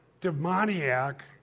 demoniac